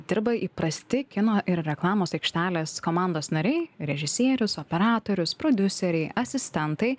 dirba įprasti kino ir reklamos aikštelės komandos nariai režisierius operatorius prodiuseriai asistentai